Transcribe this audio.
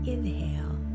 Inhale